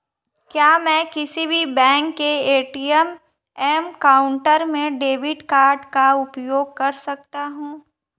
क्या मैं किसी भी बैंक के ए.टी.एम काउंटर में डेबिट कार्ड का उपयोग कर सकता हूं?